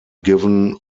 given